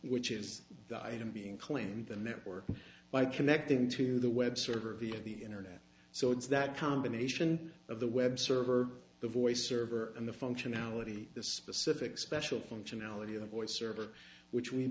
which is the item being claimed the network by connecting to the web server via the internet so it's that combination of the web server the voice server and the functionality the specific special functionality of a voice server which we